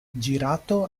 girato